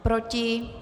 Proti?